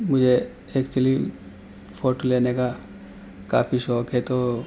مجھے actually photo لینے کا کافی شوق ہے تو